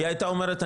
היא הייתה אומרת,